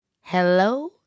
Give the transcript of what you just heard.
hello